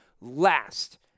last